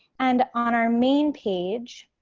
and on our main page,